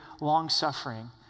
long-suffering